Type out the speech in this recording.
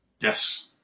Yes